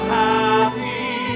happy